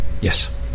yes